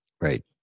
Right